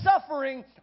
suffering